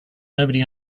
nobody